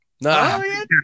No